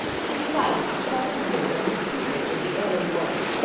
he resided for several years under the tutelage of the earl of warwick,